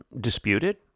disputed